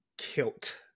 Kilt